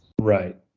Right